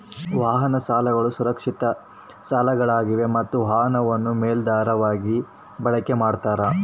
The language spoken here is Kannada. ವಾಹನ ಸಾಲಗಳು ಸುರಕ್ಷಿತ ಸಾಲಗಳಾಗಿವೆ ಮತ್ತ ವಾಹನವನ್ನು ಮೇಲಾಧಾರವಾಗಿ ಬಳಕೆ ಮಾಡ್ತಾರ